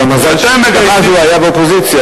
אבל המזל שגם אז הוא היה באופוזיציה,